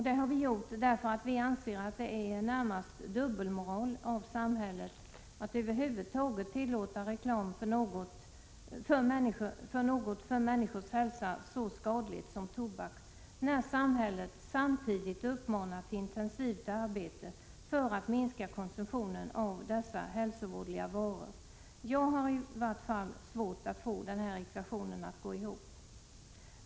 Det har vi gjort därför att vi anser att det är närmast dubbelmoral av samhället att tillåta reklam för något som för människors hälsa är så skadligt som tobak, när samhället samtidigt uppmanar till intensivt arbete för att minska konsumtionen av dessa hälsovådliga varor. Jag har i vart fall svårt att få ekvationen att gå ihop.